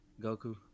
Goku